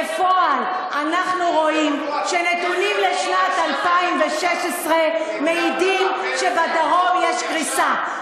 בפועל אנחנו רואים שהנתונים לשנת 2016 מעידים שבדרום יש קריסה.